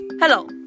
Hello